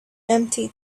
empty